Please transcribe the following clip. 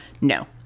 No